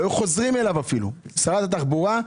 לא היו חוזרים אליו אפילו, שרת התחבורה.